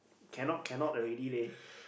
cannot cannot already leh